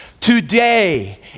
Today